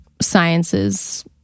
sciences